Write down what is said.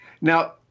Now